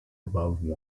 above